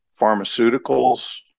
pharmaceuticals